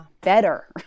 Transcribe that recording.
better